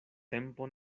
tempo